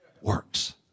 works